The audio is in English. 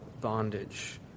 bondage